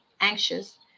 anxious